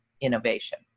innovation